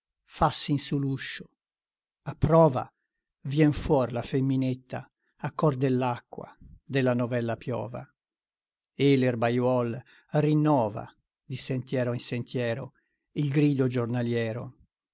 fassi in su l'uscio a prova vien fuor la femminetta a còr dell'acqua della novella piova e l'erbaiuol rinnova di sentiero in sentiero il grido giornaliero